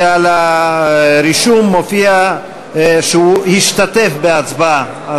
וברישום מופיע שהוא השתתף בהצבעה.